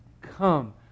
come